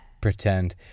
pretend